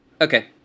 Okay